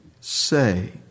say